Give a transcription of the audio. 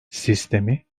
sistemi